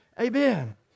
Amen